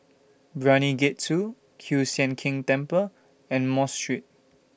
Brani Gate two Kiew Sian King Temple and Mos Street